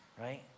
Right